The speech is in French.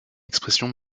expression